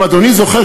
אם אדוני זוכר,